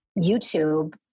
YouTube